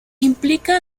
implica